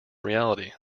reality